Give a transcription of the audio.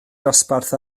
dosbarth